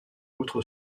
outre